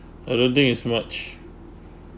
I don't think is much